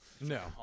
No